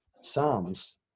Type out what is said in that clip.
psalms